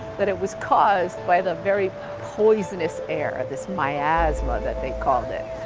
that it was caused by the very poisonous air at this miasma, that they called it.